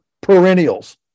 perennials